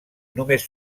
només